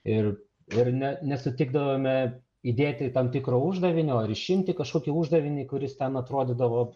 ir ir ne nesutikdavome įdėti tam tikro uždavinio ar išimti kažkokį uždavinį kuris ten atrodydavo